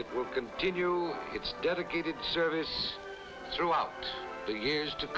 it will continue its dedicated service throughout the years to